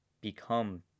become